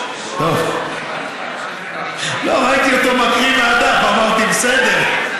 לא, ראיתי אותו מקריא מהדף, אמרתי, בסדר.